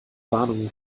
warnungen